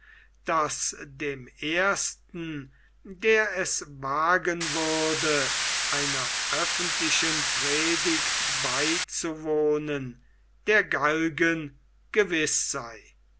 daß dem ersten der es wagen würde einer öffentlichen predigt beizuwohnen der galgen gewiß sei